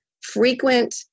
frequent